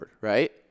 right